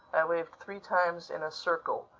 waved three times in a circle.